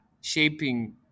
shaping